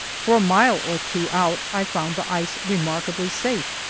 for a mile or two out i found the ice remarkably safe.